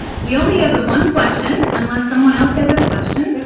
we only have the one question unless someone else has a question.